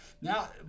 now